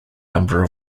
number